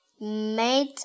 made